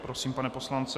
Prosím, pane poslanče.